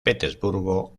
petersburgo